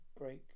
break